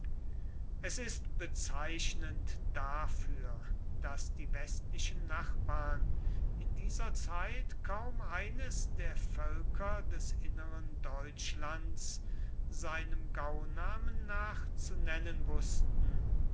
es ist bezeichnend dafür daß die westlichen nachbarn in dieser zeit kaum eines der völker des inneren deutschlands seinem gaunamen nach zu nennen wußten